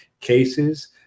cases